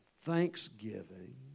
Thanksgiving